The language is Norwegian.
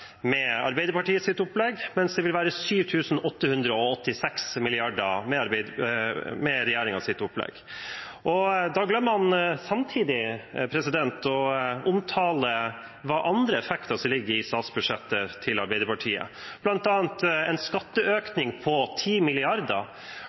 med Arbeiderpartiets opplegg, mens det vil være 7 886 mrd. kr med regjeringens opplegg. Da glemmer han samtidig å omtale hvilke andre effekter som ligger i statsbudsjettet til Arbeiderpartiet, bl.a. en